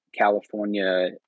California